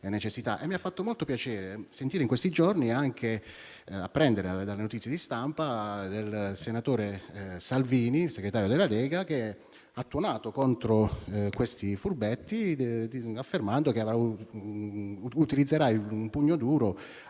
mi ha fatto molto piacere sentire in questi giorni e apprendere dalle notizie di stampa che il senatore Salvini, segretario della Lega, ha tuonato contro questi furbetti, affermando che avrebbe utilizzato il pugno duro,